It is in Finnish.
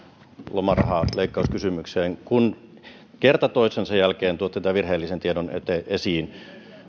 lomarahaleikkauskysymykseen kun kerta toisensa jälkeen tuotte tämän virheellisen tiedon esiin